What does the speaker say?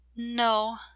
No